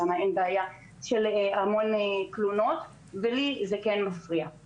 שם אין בעיה של המון תלונות ואצלי זה כן מפריע.